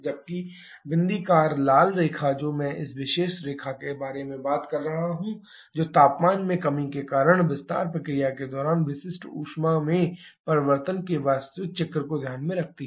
जबकि बिंदीदार लाल रेखा जो मैं इस विशेष रेखा के बारे में बात कर रहा हूं जो तापमान में कमी के कारण विस्तार प्रक्रिया के दौरान विशिष्ट ऊष्मा में परिवर्तन के वास्तविक चक्र को ध्यान में रखती है